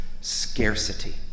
scarcity